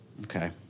Okay